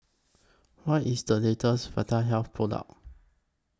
What IS The latest Vitahealth Product